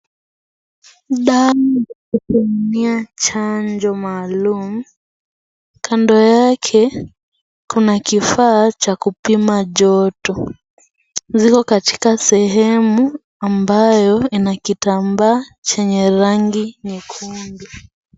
Dawa ya kutumia chanjo maalum, kando yake kuna kifaa cha kupima joto ziko katika sehemu ambayo ina kitambaa chenye rangi nyekundu.